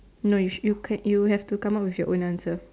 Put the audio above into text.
no you should you can you have to come out with your own answer